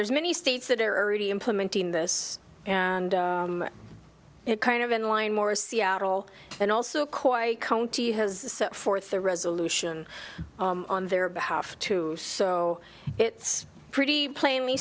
there's many states that are already implementing this and it kind of in line more seattle and also quite a county has set forth the resolution on their behalf to so it's pretty plainly